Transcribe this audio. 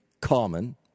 common